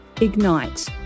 Ignite